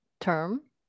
term